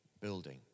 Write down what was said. building